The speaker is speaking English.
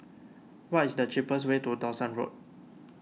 what is the cheapest way to Dawson Road